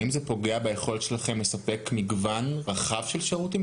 האם זה פוגע ביכולת שלכם לספק מגוון רחב של שירותים?